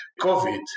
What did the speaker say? COVID